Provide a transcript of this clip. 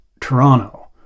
Toronto